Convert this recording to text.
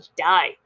die